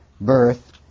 birth